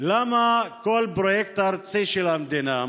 למה כל פרויקט ארצי של המדינה,